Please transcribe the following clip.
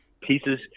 pieces